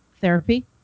therapy